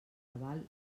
tabal